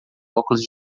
óculos